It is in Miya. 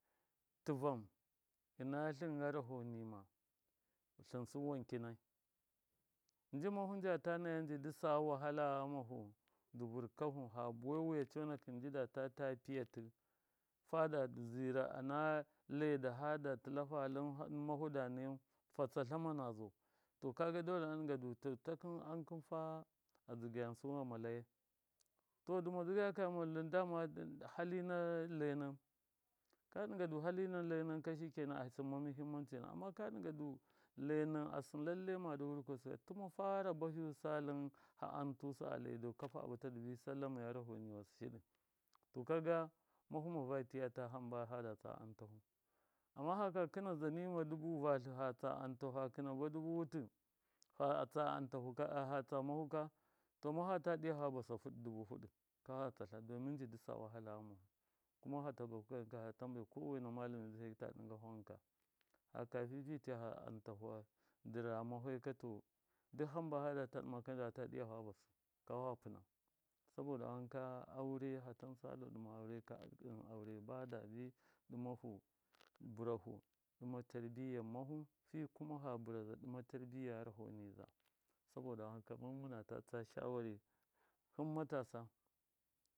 Tɨvan ɨnatlɨn gharaho nima tlɨnsu wan kinai nji mahu njata naya njidɨ sa wahala ghamahu dɨ dɨ vɨr- kahu ha buwai wiya conakɨn nji data ta piyatɨ fada zɨra ɨna laida hada tɨlafa lɨm mahu da nayau fatsatla ma nazu to kaga dole a ɗɨng du to takɨm am kɨnfa a dzɨgayansu ghama layai to dɨma dzɨgaya ka ghamu dama hali na lai nom ka ɗɨnga du hali na lainom ka shike nan a sɨmma muhimmanci yomu amma ka dɨnga du lai nom asɨn lallai madɨ vɨrku sɨka tɨma fara bahiyusa lɨm ha am tusɨ a lai du kafa a bata dɨ bi sallamai gharaho niwasɨ shiɗɨ to kaga mahu ma vatiya ta hamba fada tsa antahu, amma haka kɨna zani ma dubu vaṫ fatlɨ fa tsa antahu fa kɨna ma dubu wutɨ fa tsa mahuka to mafa ta ɗiya fa basa dubu fɨdɨ kafa fatsa domɨi njiɗɨ sa wahala ghamahu, kuma fata baku gam fa tambai kowena mallami dzɨheki ta ɗɨngahu wan ka faka fifice antahu dɨra mafai ka to duk haba fadata ɗɨma ka nja ɗɨyafa basɨ kafa fa pɨna saboda wanka aure hatan salu ɗɨma aure ka ɗɨn aure badabi ɗɨmahu bɨrahu tarbiyya mahu fi kuma fa bɨraza ɗɨma tarbiyya gharaho niza saboda wanka mɨn mɨnata. tsa shawari hɨm matasa